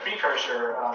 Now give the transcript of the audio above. precursor